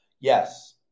Yes